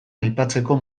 aipatzeko